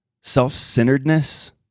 self-centeredness